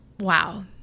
Wow